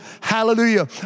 Hallelujah